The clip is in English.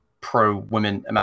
pro-women